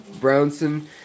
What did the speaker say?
Brownson